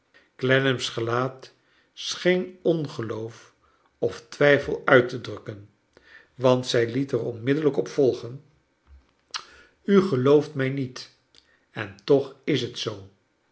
clennanrs gelaat scheen ongeloof of twijfel uit te drukken want zij liet er onmiddellijk op volgen u gelooft mij niet en toch is t zoo